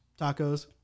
tacos